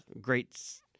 great